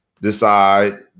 decide